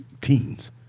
teens